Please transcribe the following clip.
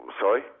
Sorry